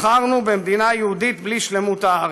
בחרנו במדינה יהודית בלי שלמות הארץ".